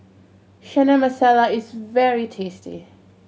Chana Masala is very tasty